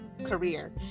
Career